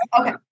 Okay